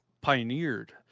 pioneered